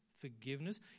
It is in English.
forgiveness